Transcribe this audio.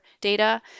data